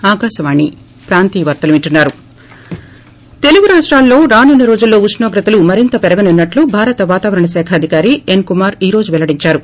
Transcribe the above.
break Telugu రాష్టాల్లో రానున్స రోజుల్లో ఉష్ణోగ్రతలు మరింత పెరగనున్నట్లు భారత వాతావరణ శాఖ అధికారి ఎన్ కుమార్ ఈ రోజు పెల్లడిందారు